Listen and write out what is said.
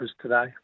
today